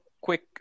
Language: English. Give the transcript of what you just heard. quick